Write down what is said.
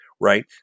right